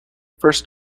first